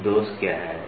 एक दोष क्या है